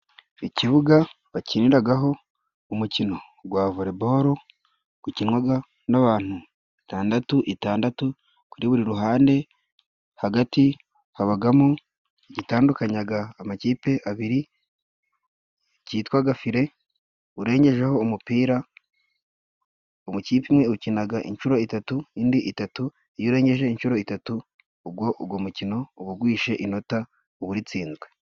Ikibuga bakiniragaho umukino gwa volebolo gukinwaga n'abantu batandatu itandatu kuri buri ruhande, hagati habagamo igitandukanyaga amakipe abiri kitwaga file urengejeho umupira, umu kipe imwe ukinaga inshuro itatu indi itatu iyo urengeje inshuro itatu ubwo ugwo mukino uba ugwishe inota uba uritsinzwe.